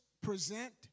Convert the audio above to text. present